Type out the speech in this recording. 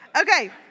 Okay